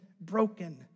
broken